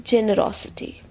Generosity